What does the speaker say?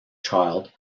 child